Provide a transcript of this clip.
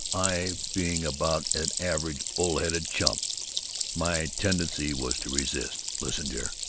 i being about an average bull-headed chump my tendency was to resist? listen, dear,